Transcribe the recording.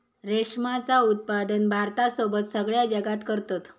रेशमाचा उत्पादन भारतासोबत सगळ्या जगात करतत